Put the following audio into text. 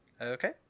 okay